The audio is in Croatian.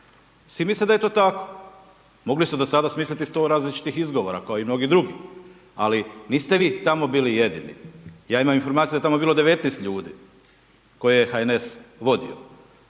svi misle da je to tako. Mogli ste do sada smisliti 100 različitih izgovora, kao i mnogi drugi, ali niste vi tamo bili jedini. Ja imam informacija, da je tamo bilo 19 ljudi koje HNS vodi.